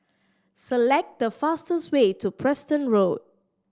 select the fastest way to Preston Road